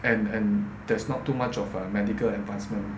and there's not too much of a medical advancement